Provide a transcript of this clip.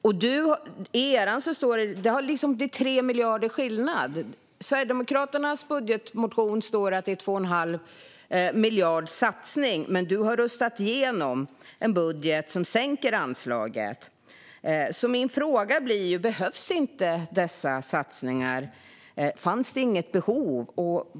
Det är en skillnad på 3 miljarder mot Sverigedemokraternas budgetmotion, där det står att det görs en satsning på 2 1⁄2 miljard. Du har röstat igenom en budget där man i stället sänker anslaget. Behövs inte dessa satsningar? Finns det inget behov?